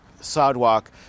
sidewalk